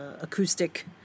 acoustic